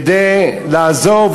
כדי לעזור,